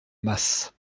masse